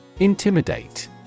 Intimidate